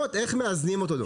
ולראות איך מאזנים אותו.